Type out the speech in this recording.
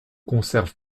conserve